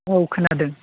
औ खोनादों